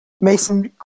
Mason